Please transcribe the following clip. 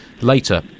later